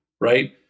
right